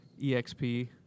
EXP